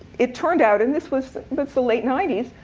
it turned out, and this was but the late ninety s,